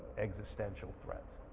existential threats.